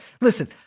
listen